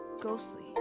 ghostly